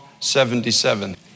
77